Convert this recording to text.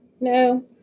No